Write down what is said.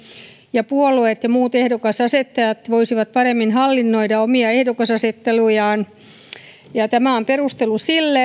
ja puolueet ja muut ehdokasasettajat voisivat paremmin hallinnoida omia ehdokasasettelujaan tämä on perustelu sille